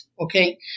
Okay